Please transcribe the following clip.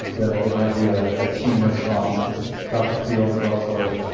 it might be a ah team response. cause doctor field is also